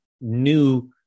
new